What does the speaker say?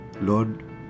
Lord